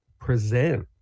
present